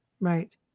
Right